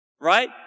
right